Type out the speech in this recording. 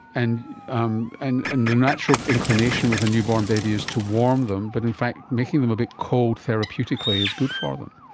and um and and a natural inclination with a newborn baby is to warm them, but in fact making them a bit cold therapeutically is good for them